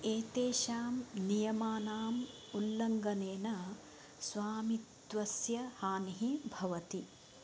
एतेषां नियमानाम् उल्लङ्घनेन स्वामित्वस्य हानिः भवति